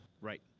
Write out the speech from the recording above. Right